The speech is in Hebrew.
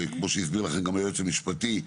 כמו שהסביר לכם גם היועץ המשפטי,